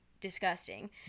disgusting